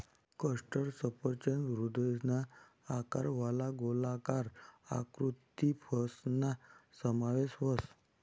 custard सफरचंद हृदयना आकारवाला, गोलाकार, आयताकृती फयसना समावेश व्हस